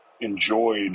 enjoyed